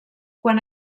quan